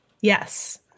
Yes